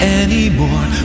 anymore